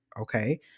Okay